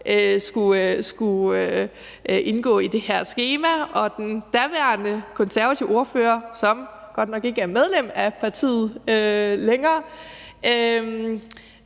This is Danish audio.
skulle indgå i det her skema. Og den daværende konservative ordfører, som godt nok ikke er medlem af partiet længere,